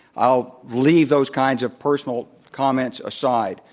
i'll leave those kinds of personal comments aside.